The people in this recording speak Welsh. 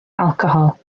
alcohol